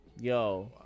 Yo